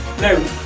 No